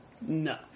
No